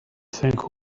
think